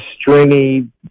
stringy